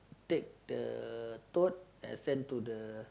take the tote and send to the